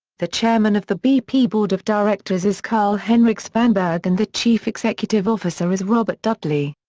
the chairman of the bp board of directors is carl-henric svanberg and the chief executive officer is robert dudley.